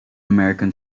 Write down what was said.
american